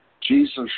Jesus